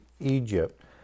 egypt